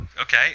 okay